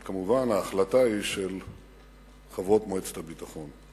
אבל כמובן, ההחלטה היא של חברות מועצת הביטחון.